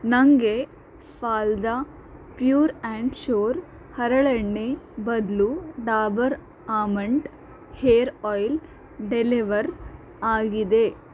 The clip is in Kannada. ನನಗೆ ಫಾಲ್ದ ಪ್ಯೂರ್ ಆ್ಯಂಡ್ ಶ್ಯೂರ್ ಹರಳೆಣ್ಣೆ ಬದಲು Dabur almond hair oil deliver ಆಗಿದೆ